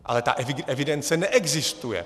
Ale ta evidence neexistuje.